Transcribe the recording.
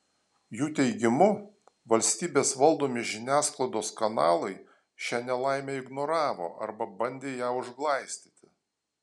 jų teigimu valstybės valdomi žiniasklaidos kanalai šią nelaimę ignoravo arba bandė ją užglaistyti